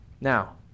Now